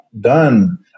done